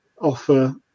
offer